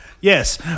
Yes